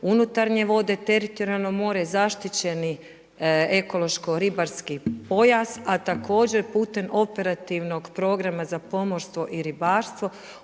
unutarnje vode, teritorijalno more, zaštićeni ekološko-ribarski pojas, a također putem operativnog Programa za pomorstvo i ribarstvo